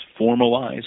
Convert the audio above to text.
formalize